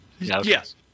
Yes